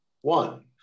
One